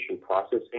processing